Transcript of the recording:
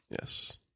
Yes